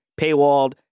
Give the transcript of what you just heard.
paywalled